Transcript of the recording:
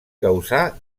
causar